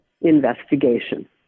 investigation